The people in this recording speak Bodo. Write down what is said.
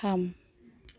थाम